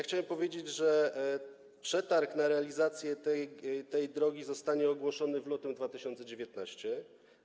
Chciałem powiedzieć, że przetarg na realizację tej drogi zostanie ogłoszony w lutym 2019 r.